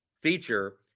feature